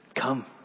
Come